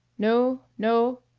no. no.